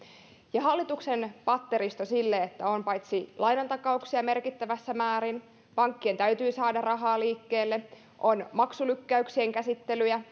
hallituksen patteristo sille on että paitsi on lainantakauksia merkittävässä määrin pankkien täytyy saada rahaa liikkeelle niin on maksulykkäyksien käsittelyjä